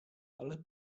ale